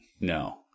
No